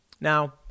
Now